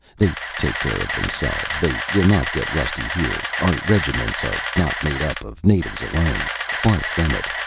they take care of themselves they will not get rusty here our regiments are not made up of natives alone far from it.